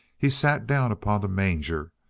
he sat down upon the manger,